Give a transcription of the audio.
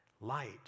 Light